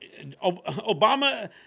Obama